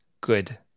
good